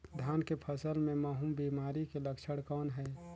धान के फसल मे महू बिमारी के लक्षण कौन हे?